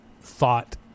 thought